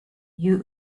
you